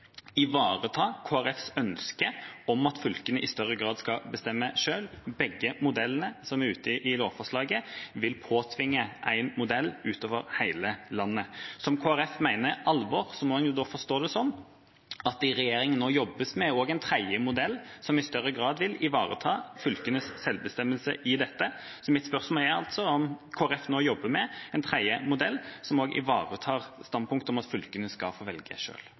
ivareta Kristelig Folkepartis ønske om at fylkene i større grad skal bestemme selv. Begge modellene som er ute i lovforslaget, vil påtvinge én modell for hele landet. Om Kristelig Folkeparti mener alvor, må en da forstå det sånn at det i regjeringen nå jobbes med også en tredje modell, som i større grad vil ivareta fylkenes selvbestemmelse i dette. Mitt spørsmål er altså: Jobber Kristelig Folkeparti nå med en tredje modell som også ivaretar standpunktet om at fylkene skal få velge